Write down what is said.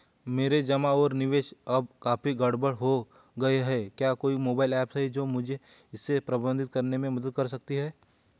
मेरे जमा और निवेश अब काफी गड़बड़ हो गए हैं क्या कोई मोबाइल ऐप है जो मुझे इसे प्रबंधित करने में मदद कर सकती है?